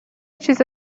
چیز